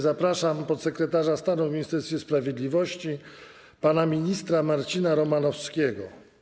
Zapraszam podsekretarza stanu w Ministerstwie Sprawiedliwości pana ministra Marcina Romanowskiego.